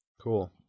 Cool